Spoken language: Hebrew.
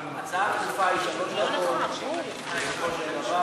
עם חקיקה מיטיבה בתחום המס ועם שורה ארוכה של דברים חשובים